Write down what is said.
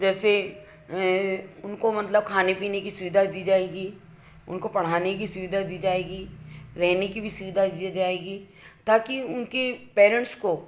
जैसे उनको मतलब खाने पीने की सुविधा दी जाएगी उनको पढ़ाने की सुविधा दी जाएगी रहने की भी सुविधा दिया जाएगी ताकि उनके पैरेंट्स को